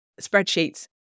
spreadsheets